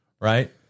right